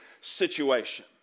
situation